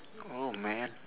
oh man